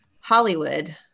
Hollywood